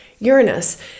Uranus